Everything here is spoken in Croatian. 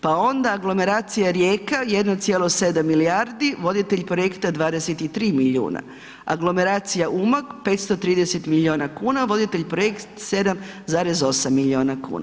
Pa onda aglomeracija Rijeka 1,7 milijardi, voditelj projekta 23 miliona, aglomeracija Umag 530 miliona kuna, voditelj projekta 7,8 miliona kuna.